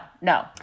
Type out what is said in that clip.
no